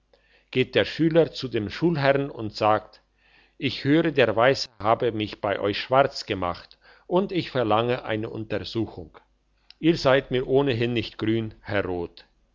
geht der schüler zu dem schulherrn und sagt ich höre der weiss habe mich bei euch schwarz gemacht und ich verlange eine untersuchung ihr seid mir ohnehin nicht grün